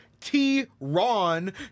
T-Ron